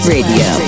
Radio